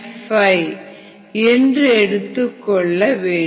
5 என்று எடுத்துக் கொள்ள வேண்டும்